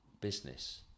business